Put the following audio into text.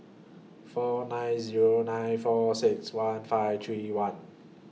four nine Zero nine four six one five three one